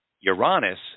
Uranus